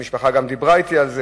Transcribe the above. גם המשפחה דיברה אתי על זה.